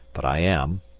but i am,